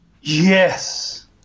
Yes